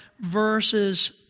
verses